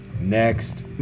next